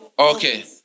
Okay